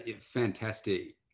Fantastic